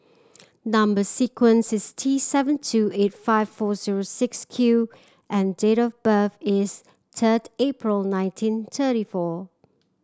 number sequence is T seven two eight five four zero six Q and date of birth is third April nineteen thirty four